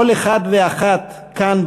כל אחד ואחת כאן,